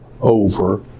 over